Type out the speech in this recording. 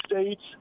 States